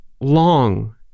long